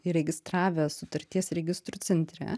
įregistravę sutarties registrų centre